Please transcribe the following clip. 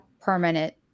permanent